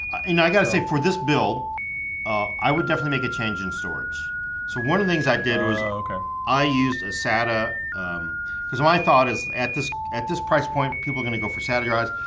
i gotta say for this build i would definitely make a change in storage so one of the things i did was okay. i used a sata because my thought is at this at this price point people are gonna go for satellites,